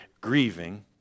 grieving